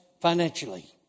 financially